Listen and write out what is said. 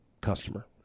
customer